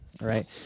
right